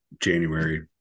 January